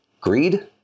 Greed